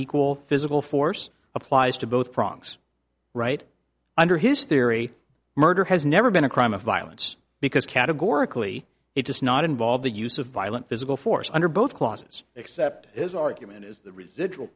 equal physical force applies to both prongs right under his theory murder has never been a crime of violence because categorically it does not involve the use of violent physical force under both clauses except his argument is the residual